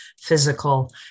physical